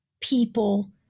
people